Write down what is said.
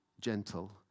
gentle